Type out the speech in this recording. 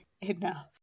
enough